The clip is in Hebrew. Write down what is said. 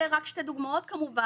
אלה רק שתי דוגמאות כמובן,